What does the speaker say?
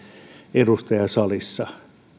edustaja salissa